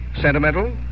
Sentimental